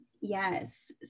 Yes